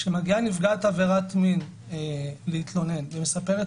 כשמגיעה נפגעת עבירת מין להתלונן ומספרת